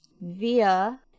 via